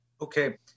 Okay